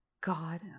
God